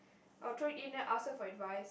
or throw in then ask her for advice